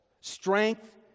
Strength